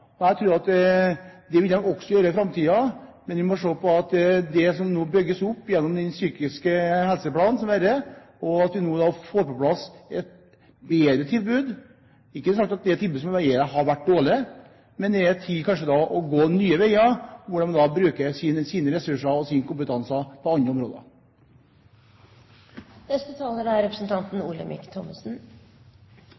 og jeg tror at det vil de også gjøre i framtiden. Men vi må se på det som nå bygges opp gjennom den psykiske helseplanen, slik at vi får på plass et bedre tilbud. Ikke dermed sagt at det tilbudet som har vært, var dårlig, men det er tid for å gå nye veier hvor man bruker sine ressurser og sin kompetanse på andre områder. Jeg er